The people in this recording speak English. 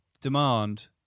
demand